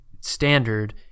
standard